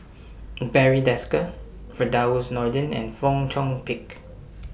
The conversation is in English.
Barry Desker Firdaus Nordin and Fong Chong Pik